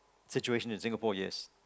situation in Singapore yes